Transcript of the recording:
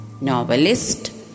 novelist